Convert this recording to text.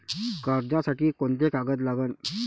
कर्जसाठी कोंते कागद लागन?